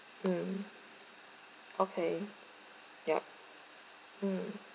mm okay yup mm